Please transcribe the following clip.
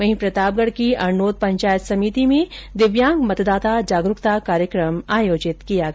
वहीं प्रतापगढ की अरनोद पंचायत समिति में दिव्यांग मतदाता जागरूकता कार्यक्रम आयोजित किया गया